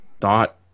thought